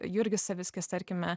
jurgis savickis tarkime